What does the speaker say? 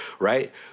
right